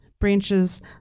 branches